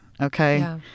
okay